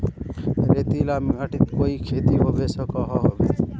रेतीला माटित कोई खेती होबे सकोहो होबे?